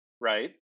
right